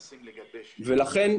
ולכן,